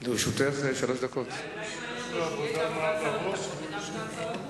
אותו שיהיה גם סגן שר הביטחון וגם סגן שר החוץ.